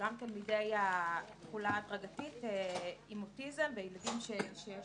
שגם תלמידי התחולה ההדרגתית עם אוטיזם וילדים שיש